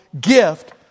gift